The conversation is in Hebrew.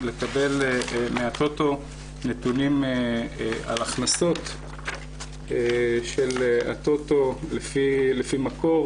לקבל מהטוטו נתונים על הכנסות של הטוטו לפי מקור,